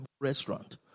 restaurant